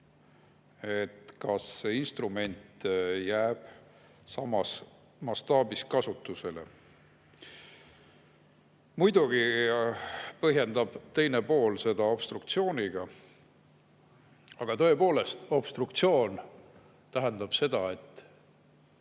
Kas see instrument jääb samas mastaabis kasutusele? Muidugi põhjendab teine pool seda obstruktsiooniga. Aga tõepoolest, obstruktsioon tähendab seda, et